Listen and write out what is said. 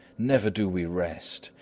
never do we rest!